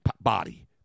body